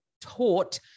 taught